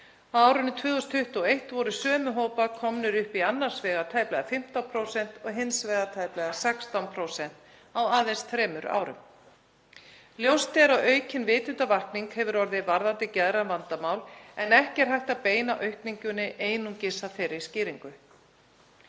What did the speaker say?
árinu 2021 voru sömu hópar komnir upp í annars vegar tæplega 15% og hins vegar tæplega 16%, á aðeins þremur árum. Ljóst er að aukin vitundarvakning hefur orðið varðandi geðræn vandamál en ekki er hægt að beina aukningunni einungis að þeirri skýringu.